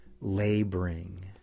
laboring